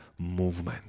Movement